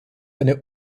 eine